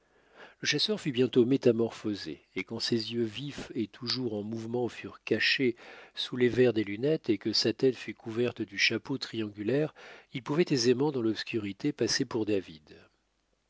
le chasseur fut bientôt métamorphosé et quand ses yeux vifs et toujours en mouvement furent cachés sous les verres des lunettes et que sa tête fut couverte du chapeau triangulaire il pouvait aisément dans l'obscurité passer pour david